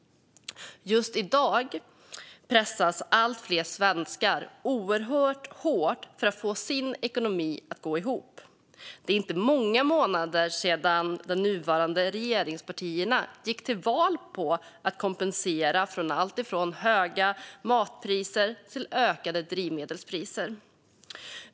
Just i dag pressas allt fler svenskar oerhört hårt för att få sin ekonomi att gå ihop. Det är inte många månader sedan de nuvarande regeringspartierna gick till val på att kompensera för alltifrån höga matpriser till ökade drivmedelspriser.